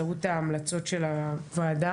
המסקנות, כי בסוף זה המשטרה שאמורה לקבל את הדוח.